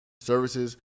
Services